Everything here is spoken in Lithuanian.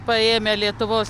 paėmę lietuvos